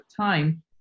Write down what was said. time